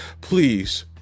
Please